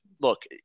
look